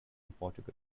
portugal